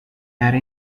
era